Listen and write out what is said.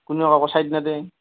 কোনোৱে কাকো চাইড নেদে